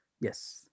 Yes